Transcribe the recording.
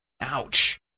Ouch